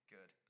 Good